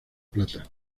plata